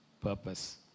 purpose